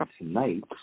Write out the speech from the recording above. tonight